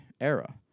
era